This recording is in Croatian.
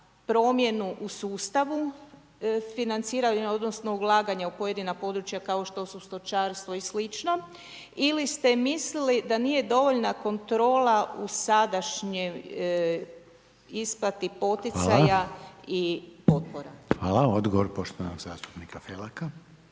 promjenu u sustavu financiranja odnosno ulaganja u pojedina područja kao što su stočarstvo i sl. ili ste mislili da nije dovoljna kontrola u sadašnjoj isplati poticaja i potpora? **Reiner, Željko (HDZ)** Hvala. Odgovor poštovanog zastupnika Felaka.